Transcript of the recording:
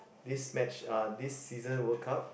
this match uh this season World Cup